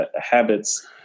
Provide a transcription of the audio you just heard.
habits